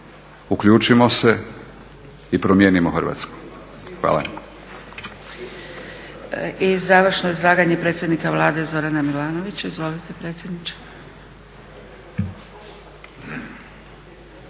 uključimo se i promijenimo Hrvatsku. Hvala.